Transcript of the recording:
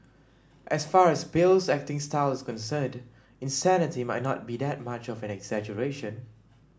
as far as Bale's acting style is concerned insanity might not be that much of an exaggeration